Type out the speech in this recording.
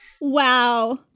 wow